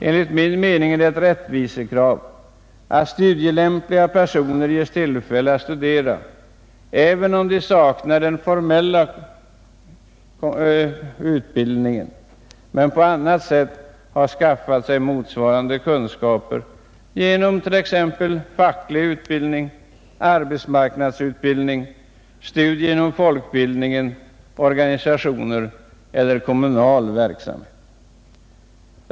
Enligt min mening är det ett rättvisekrav att studielämpliga personer ges tillfälle att studera även om de saknar den formella behörigheten men på annat sätt har skaffat sig motsvarande kunskaper genom t.ex. facklig utbildning, arbetsmarknadsutbildning, studier inom bildningsförbund, verksamhet i organisationer eller kommuner.